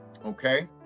Okay